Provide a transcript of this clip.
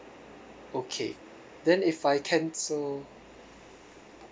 okay then if I cancel